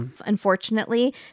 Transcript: Unfortunately